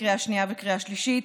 לקריאה שנייה ולקריאה שלישית.